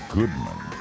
Goodman